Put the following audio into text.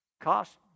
cost